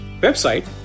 website